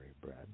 bread